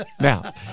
Now